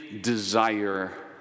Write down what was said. desire